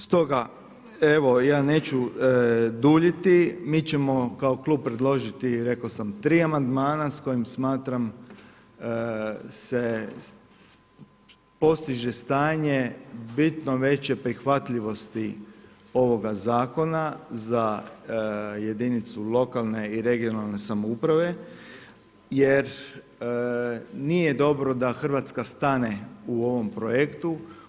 Stoga evo ja neću duljiti, mi ćemo kao klub predložiti rekao sam tri amandmana s kojim smatram se postiže stanje bitno veće prihvatljivosti ovoga zakona za jedinicu lokalne i regionalne samouprave jer nije dobro da Hrvatska stane u ovom projektu.